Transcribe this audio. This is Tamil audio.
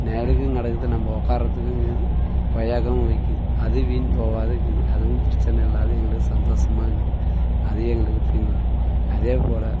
நிழலுக்கும் கிடக்குது நம்ம உக்கார்றதுக்குங்கீது கொய்யாக்காயும் விற்கிது அது வீண் போகாத இருக்குது அதுவும் பிரச்சின இல்லாத எங்களுக்கு சந்தோஷமாக்குது அது எங்களுக்கு பின்னால் அதேபோல்